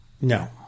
no